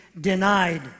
denied